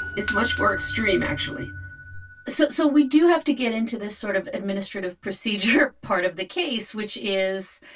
it's much more extreme, actually so so we do have to get into this sort of administrative procedure. part of the case, case, which is,